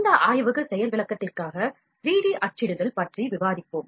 இந்த ஆய்வக செயல் விளக்கத்தில் 3D அச்சிடுதல் பற்றி விவாதிப்போம்